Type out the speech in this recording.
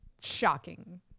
shocking